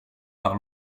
par